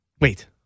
Wait